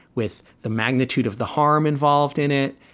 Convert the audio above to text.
with the magnitude of the harm involved in it.